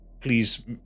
please